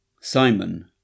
Simon